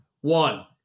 One